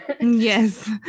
Yes